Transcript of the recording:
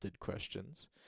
questions